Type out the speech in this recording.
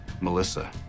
Melissa